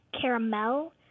caramel